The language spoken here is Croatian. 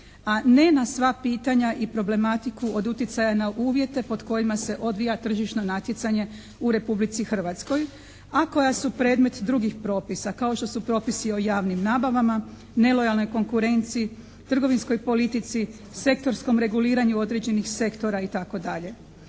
a ne na sva pitanja i problematiku od utjecaja na uvjete pod kojima se odvija tržišno natjecanje u Republici Hrvatskoj, a koja su predmet drugih propisa, kao što su propisi o javnim nabavama, nelojalnoj konkurenciji, trgovinskoj politici, sektorskom reguliranju određenih sektora itd.